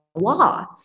law